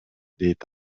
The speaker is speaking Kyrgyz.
дейт